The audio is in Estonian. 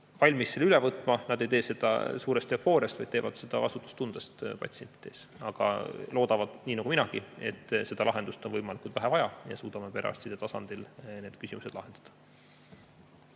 valmis selle üle võtma, nad ei tee seda suure eufooriaga, vaid teevad seda vastutustundest patsientide ees. Aga nad loodavad nii nagu minagi, et seda lahendust on võimalikult vähe vaja ja me suudame perearstide tasandil need küsimused lahendada.